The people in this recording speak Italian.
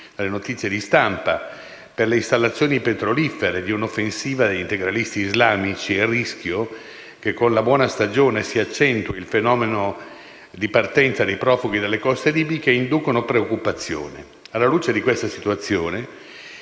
dalle notizie di stampa - per le installazioni petrolifere e il rischio che con la buona stagione si accentui il fenomeno di partenza di profughi dalle coste libiche inducono preoccupazione. Alla luce di questa situazione,